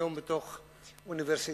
היום בתוך אוניברסיטאות,